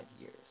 years